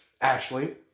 Ashley